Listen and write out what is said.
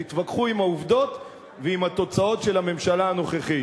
תתווכחו עם העובדות ועם התוצאות של הממשלה הנוכחית.